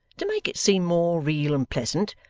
to make it seem more real and pleasant,